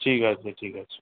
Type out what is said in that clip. ঠিক আছে ঠিক আছে